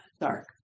dark